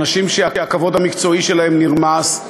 אנשים שהכבוד המקצועי שלהם נרמס.